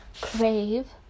crave